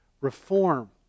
reform